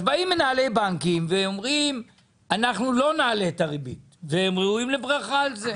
באים מנהלי בנקים ואומרים שהם לא יעלו את הריבית,